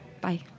Bye